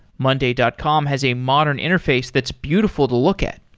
monday dot com has a modern interface that's beautiful to look at.